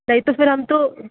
नहीं तो फिर हम तो